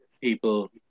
people